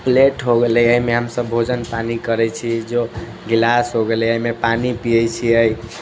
plate हो गेलै एहिमे हमसब भोजन पानि करै छी जग गिलास हो गेलै एहिमे पानि पियै छियै